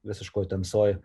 visiškoj tamsoj